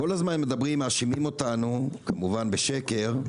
כל הזמן מדברים ומאשימים אותנו, כמובן בשקר,